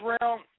round